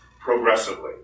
progressively